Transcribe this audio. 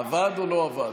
עבד או לא עבד?